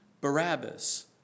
Barabbas